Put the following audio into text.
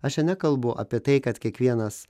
aš čia nekalbu apie tai kad kiekvienas